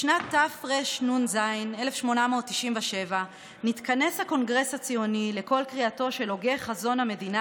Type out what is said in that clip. בשנת תרנ"ז (1897) נתכנס הקונגרס הציוני לקול קריאתו של הוגה חזון המדינה